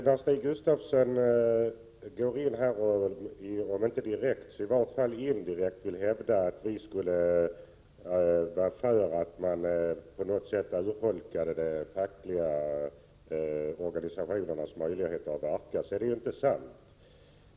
Herr talman! När Stig Gustafsson, om inte direkt så i vart fall indirekt, vill hävda att vi skulle vara för att man på något sätt urholkade de fackliga organisationernas möjligheter att verka, är det inte sant.